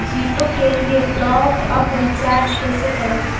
जियो के लिए top up recharge कैसे करी?